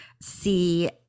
see